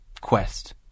quest